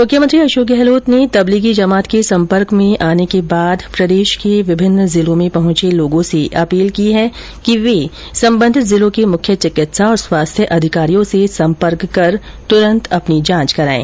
मुख्यमंत्री अशोक गहलोत ने तबलीगी जमात के सम्पर्क में आने के बाद प्रदेश के विभिन्न जिलों में पहुंचे लोगों से अपील की है कि वे संबंधित जिलों के मुख्य चिकित्सा और स्वास्थ्य अधिकारियों से सम्पर्क कर तुरंत अपना परीक्षण करायें